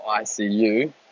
ICU